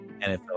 nfl